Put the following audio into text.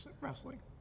wrestling